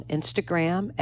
Instagram